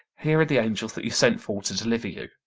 here are the angels that you sent for to deliver you.